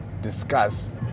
discuss